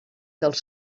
dels